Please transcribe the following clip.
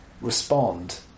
respond